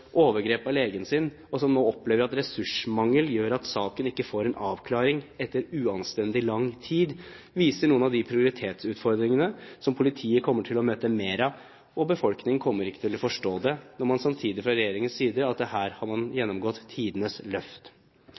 overgrep av legen sin og som nå opplever at ressursmangel gjør at saken ikke får en avklaring etter uanstendig lang tid, viser noen av de prioriteringsutfordringene som politiet kommer til å møte mer av. Befolkningen kommer ikke til å forstå det, når man samtidig fra regjeringens side sier at her har man gjennomgått tidenes løft.